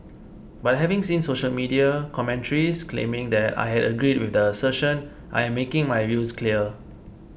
but having seen social media commentaries claiming that I had agreed with the assertion I am making my views clear